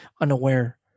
unaware